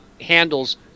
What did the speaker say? handles